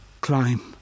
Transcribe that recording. Climb